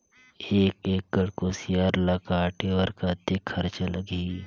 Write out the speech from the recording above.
एक एकड़ कुसियार ल काटे बर कतेक खरचा लगही?